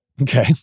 Okay